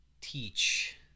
teach